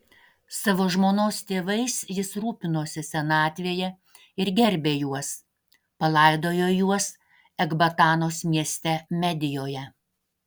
savo žmonos tėvais jis rūpinosi senatvėje ir gerbė juos palaidojo juos ekbatanos mieste medijoje